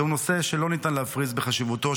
זהו נושא שלא ניתן להפריז בחשיבותו,